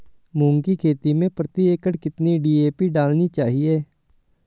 मूंग की खेती में प्रति एकड़ कितनी डी.ए.पी डालनी चाहिए?